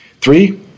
Three